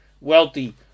wealthy